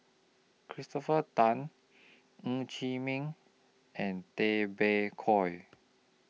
Christopher Tan Ng Chee Meng and Tay Bak Koi